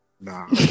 Nah